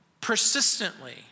persistently